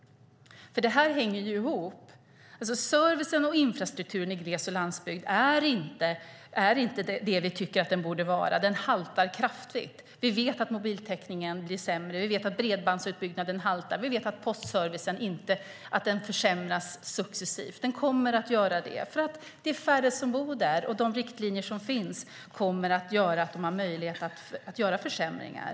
Det här hänger ihop. Servicen och infrastrukturen i gles och landsbygd är inte som vi tycker att den borde vara. Den haltar kraftigt. Vi vet att mobiltäckningen blir sämre. Vi vet att bredbandsutbyggnaden haltar. Vi vet att postservicen försämras successivt. Den kommer att göra det därför att det är färre som bor där, och de riktlinjer som finns kommer att innebära att man har möjlighet att göra försämringar.